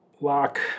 Lock